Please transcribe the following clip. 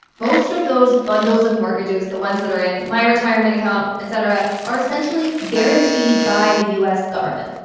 most of those bundles of mortgages, the ones that are in my retirement account, et cetera, are essentially guaranteed by the u s. government.